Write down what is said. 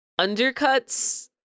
undercuts